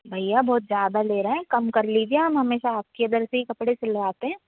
भैया बहुत ज़्यादा ले रहे कम कर लीजिए हम हमेशा आपके इधर से ही कपड़े सिलवाते हैं